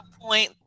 point